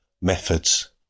methods